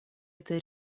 этой